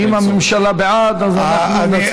אם הממשלה בעד, אנחנו נצביע.